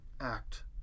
act